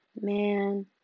man